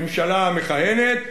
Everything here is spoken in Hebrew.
הממשלה המכהנת.